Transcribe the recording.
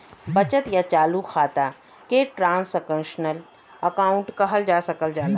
बचत या चालू खाता के ट्रांसक्शनल अकाउंट कहल जा सकल जाला